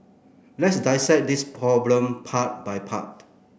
let's dissect this problem part by part